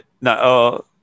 No